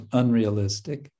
unrealistic